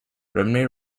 rhymney